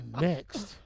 Next